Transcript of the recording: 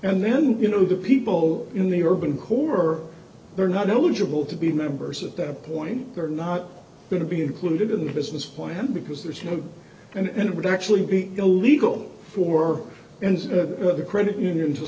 and then you know the people in the urban core they're not eligible to be members at that point they're not going to be included in the business plan because there's no and it would actually be illegal for the credit union to